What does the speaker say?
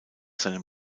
seinem